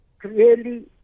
Clearly